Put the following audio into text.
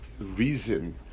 reason